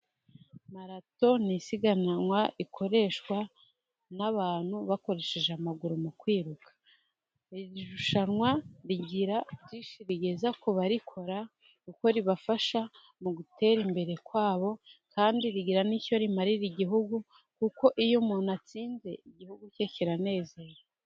Marato ni isiganwa rikoreshwa n'abantu bakoresheje amaguru mu kwibuka. Iri rushanwa rigira byinshi rigeza ku baririkora kuko ribafasha mu gutera imbere kwabo, kandi rigira n'icyo rimarira igihugu, kuko iyo umuntu atsinze igihugu cye kiranezerwa.